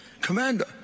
commander